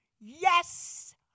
yes